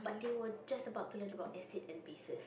but they were just about to learn about acid and bases